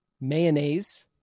mayonnaise